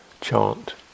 chant